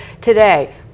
today